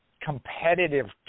competitive